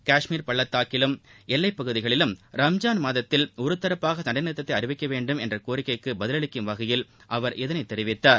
கஷ்மீர் பள்ளத்தாக்கிலும் எல்லைப் பகுதிகளிலும் ரம்ஜான் மாதத்தில் ஒருதரப்பாக சண்டை நிறுத்ததை அறிவிக்க வேண்டும் என்ற கோரிக்கைக்கு பதிலளிக்கும் வகையில் அவர் இதைத் தெரிவித்தார்